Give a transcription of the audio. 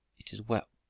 it is well,